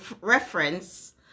reference